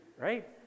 right